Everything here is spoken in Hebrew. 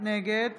נגד